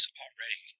already